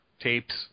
tapes